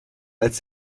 als